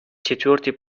четвертый